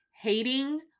hating